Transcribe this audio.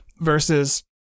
versus